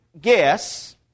guess